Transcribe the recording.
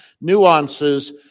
nuances